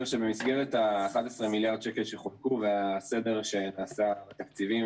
11 מיליארד שקל שחולקו והסדר שנעשה בתקציבים,